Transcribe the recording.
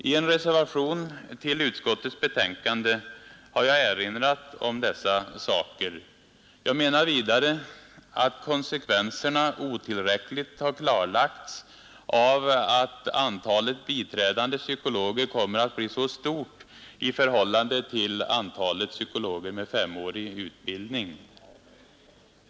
I en reservation till utskottets betänkande har jag erinrat härom. Jag menar vidare att konsekvenserna otillräckligt klarlagts av att antalet biträdande psykologer kommer att bli så stort i förhållande till antalet psykologer med femårig utbildning.